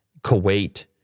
Kuwait